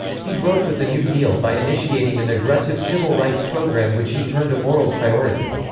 he broke with the new deal by initiating an aggressive civil rights program which he termed a moral priority.